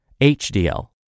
HDL